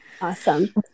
Awesome